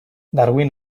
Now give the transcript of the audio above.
darwin